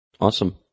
Awesome